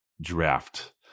draft